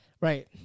Right